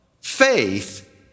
faith